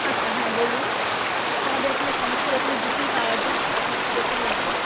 আচ্ছা হ্যাঁ বলুন আমাদের এখানে সমস্ত রকমের জুতোই পাওয়া যায় আপনার কীরকম লাগবে